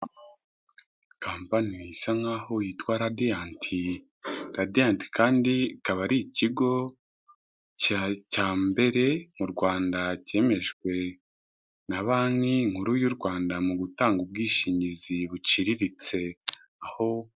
Kampani isa nkaho yitwa radiyanti, ladiyanti kandi ikaba ari ikigo cya cya mbere mu Rwanda cyemejwe na banki nkuru y'u Rwanda mu gutanga ubwishingizi buciriritse aho,